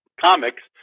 comics